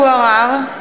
(קוראת בשמות חברי הכנסת) טלב אבו עראר,